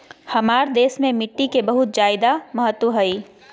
हमार देश में मिट्टी के बहुत जायदा महत्व हइ